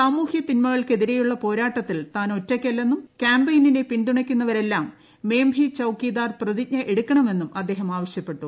സാമൂഹ്യ തിന്മകൾക്കെതി രെയുള്ള പോരാട്ടത്തിൽ താനൊറ്റയ്ക്കല്ലെന്നും ക്യാമ്പൈയിനെ പിന്തുണയ്ക്കുന്നവരെല്ലം മേം ഭി ചൌക്കിദാർ പ്രതിജ്ഞ എടുക്ക ണമെന്നും അദ്ദേഹം ആവശ്യപ്പെട്ടു